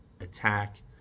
attack